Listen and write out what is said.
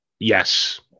Yes